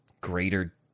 greater